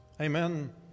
amen